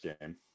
game